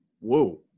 Whoa